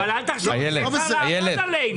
אבל אל תחשבי שאפשר לעבוד עלינו.